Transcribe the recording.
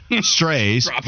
strays